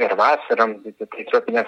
ir vasarom kai tropinės